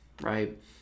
right